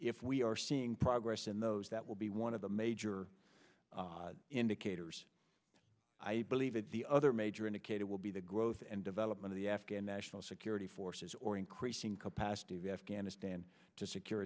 if we are seeing progress in those that will be one of the major indicators i believe that the other major indicated will be the growth and development of the afghan national security forces or increasing capacity of afghanistan to secure